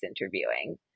interviewing